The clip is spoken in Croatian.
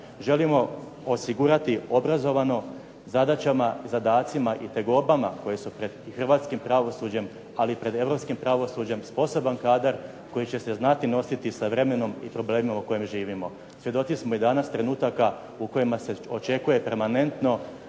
Želimo osigurati obrazovano zadaćama, zadacima i tegobama koje su pred hrvatskim pravosuđem ali i pred europskim pravosuđem sposoban kadar koji će se znati nositi sa vremenom i problemima u kojima živimo. Svjedoci smo i danas trenutaka u kojima se očekuje permanentno